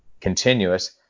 continuous